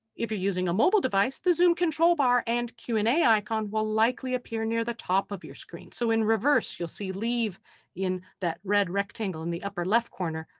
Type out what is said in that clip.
if you're using a mobile device, the zoom control bar and q and a ah icon will likely appear near the top of your screen. so in reverse. you'll see leave in that red rectangle in the upper left corner,